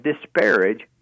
disparage